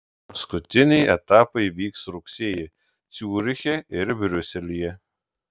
paskutiniai etapai vyks rugsėjį ciuriche ir briuselyje